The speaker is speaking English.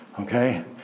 okay